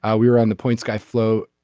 ah we were on the points guy flow.